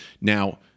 Now